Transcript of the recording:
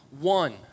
one